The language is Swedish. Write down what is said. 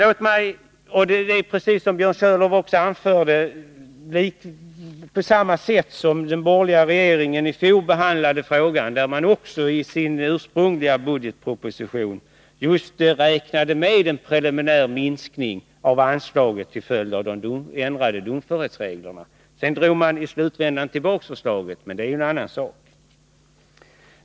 Som också Björn Körlof anförde förhåller det sig här på samma sätt som då den borgerliga regeringen i fjol behandlade frågan och i sin ursprungliga budgetproposition just räknade med en preliminär minskning av anslaget till följd av de ändrade domförhetsreglerna. I slutvändan drog man sedan tillbaka förslaget, men det är en annan sak.